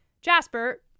Jasper